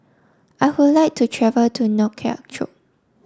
I would like to travel to Nouakchott